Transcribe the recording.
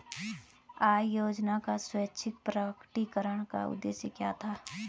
आय योजना का स्वैच्छिक प्रकटीकरण का उद्देश्य क्या था?